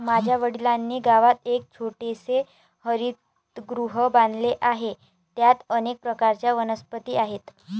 माझ्या वडिलांनी गावात एक छोटेसे हरितगृह बांधले आहे, त्यात अनेक प्रकारच्या वनस्पती आहेत